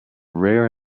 rare